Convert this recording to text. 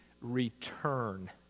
return